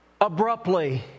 abruptly